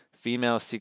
female